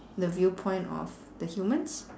the viewpoint of the humans